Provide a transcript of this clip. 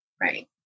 right